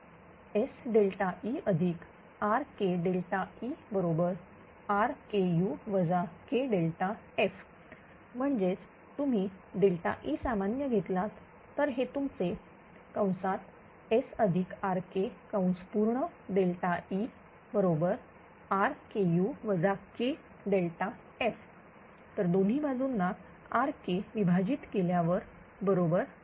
तर SERKERKu KF म्हणजेच तुम्ही E सामान्य घेतलात तर हे तुमचे SRKERKu KF तर दोन्ही बाजूंना RK विभाजित केल्यावर बरोबर